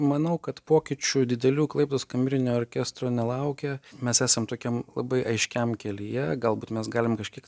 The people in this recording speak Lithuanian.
manau kad pokyčių didelių klaipėdos kamerinio orkestro nelaukia mes esam tokiam labai aiškiam kelyje galbūt mes galim kažkiek